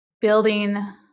building